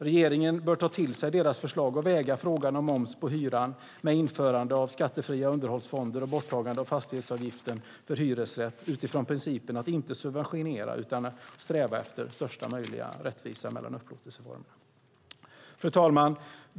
Regeringen bör ta till sig deras förslag och väga frågan om moms på hyran, med införande av skattefria underhållsfonder och borttagande av fastighetsavgiften för hyresrätt, utifrån principen att inte subventionera utan sträva efter största möjliga rättvisa mellan upplåtelseformerna. Fru talman!